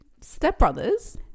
Stepbrothers